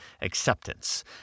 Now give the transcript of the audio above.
acceptance